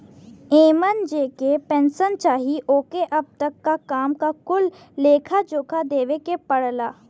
एमन जेके पेन्सन चाही ओके अब तक क काम क कुल लेखा जोखा देवे के पड़ला